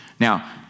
Now